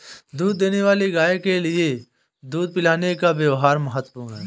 दूध देने वाली गाय के लिए दूध पिलाने का व्यव्हार महत्वपूर्ण है